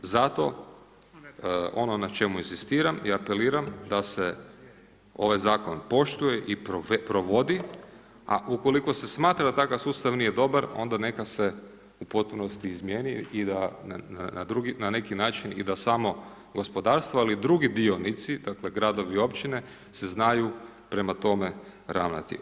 Zato, ono na čemu inzistiram i apeliram da se ovaj Zakon poštuje i provodi, a ukoliko se smatra da takav sustav nije dobar, onda neka se u potpunosti izmjeni i da na drugi, na neki način i da samo gospodarstvo, ali i drugi dionici, dakle, gradovi i općine se znaju prema tome ravnati.